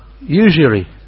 usury